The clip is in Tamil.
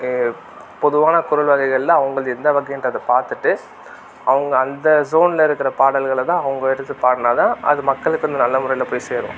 பொதுவான குரல் வகைகளில் அவங்களுது எந்த வகைன்றத பார்த்துட்டு அவங்க அந்த ஸோனில் இருக்கிற பாடல்கள்தான் அவங்க எடுத்து பாடினா தான் அது மக்களுக்கு நல்ல முறையில் போய் சேரும்